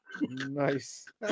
Nice